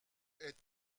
est